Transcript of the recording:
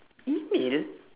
email